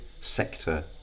sector